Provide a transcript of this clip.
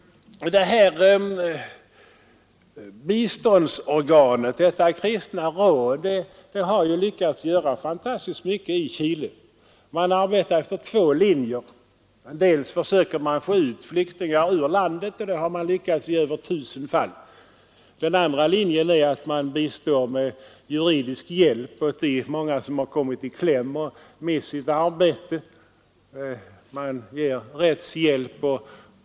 Detta biståndsorgan, detta kristna råd, har lyckats göra utomordentliga insatser i Chile. Man arbetar efter två linjer. Den första är att man försöker få ut flyktingar ur landet — och det har man lyckats med i över 1 000 fall. Den andra linjen är att man bistår med juridisk hjälp, rättshjälp, åt de många som har kommit i konflikt med regimen och mist sitt arbete.